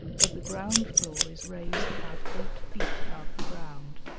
but the ground-floor is raised about eight feet above the ground.